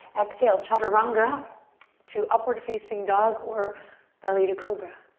exhale, chaturanga to upward facing dog, or belly to cobra.